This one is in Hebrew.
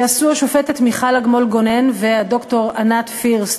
שעשו השופטת מיכל אגמון-גונן וד"ר ענת פירסט.